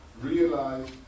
realize